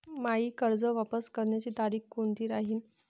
मायी कर्ज वापस करण्याची तारखी कोनती राहीन?